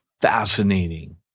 fascinating